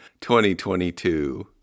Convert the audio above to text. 2022